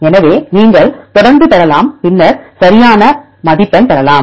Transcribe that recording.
எனவே நீங்கள் தொடர்ந்து தொடரலாம் பின்னர் சரியான மதிப்பெண் பெறலாம்